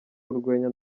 urwenya